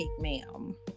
ma'am